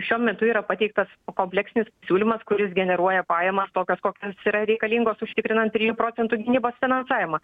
šiuo metu yra pateiktas kompleksinis siūlymas kuris generuoja pajamas tokias kokios yra reikalingos užtikrinant trijų procentų gynybos finansavimą